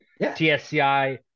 TSCI